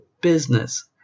business